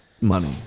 money